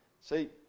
See